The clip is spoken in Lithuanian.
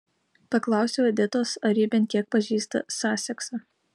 paklausiau editos ar ji bent kiek pažįsta saseksą